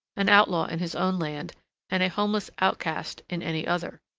an outlaw in his own land and a homeless outcast in any other.